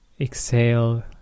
exhale